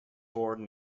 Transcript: born